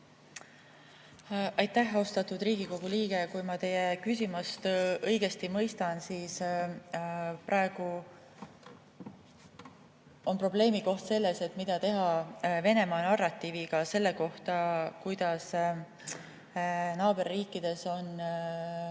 Aitäh, austatud Riigikogu liige! Kui ma teie küsimusest õigesti mõistan, siis praegu on probleemikoht selles, mida teha Venemaa narratiiviga selle kohta, et naaberriikides on